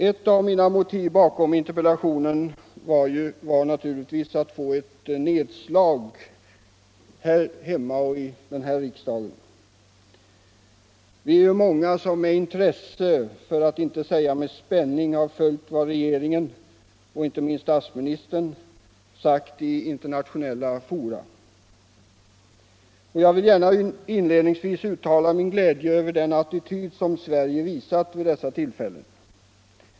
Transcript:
Ett av mina motiv bakom interpellationen var naturligtvis att åstadkomma ett nedslag av den här diskussionen hemma hos oss och i vår riksdag, Vi är många som med intresse, för att inte säga med spänning, har följt vad regeringen och inte minst statsministern har sagt inför internationella fora. Jag vill gärna inledningsvis uttala min glädje över den attityd som Sverige visat vid dessa tillfällen.